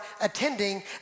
attending